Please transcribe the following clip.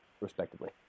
respectively